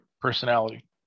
personality